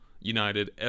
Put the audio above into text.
United